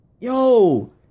Yo